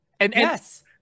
Yes